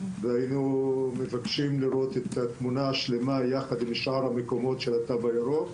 והיינו מבקשים לראות את התמונה השלמה יחד עם שאר המקומות של התו הירוק.